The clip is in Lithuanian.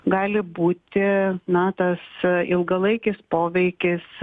gali būti na tas ilgalaikis poveikis